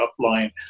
upline